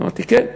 אמרתי: כן.